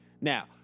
Now